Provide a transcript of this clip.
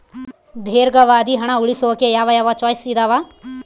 ದೇರ್ಘಾವಧಿ ಹಣ ಉಳಿಸೋಕೆ ಯಾವ ಯಾವ ಚಾಯ್ಸ್ ಇದಾವ?